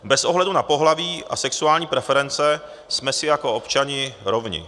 Bez ohledu na pohlaví a sexuální preference jsme si jako občané rovni.